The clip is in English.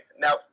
Now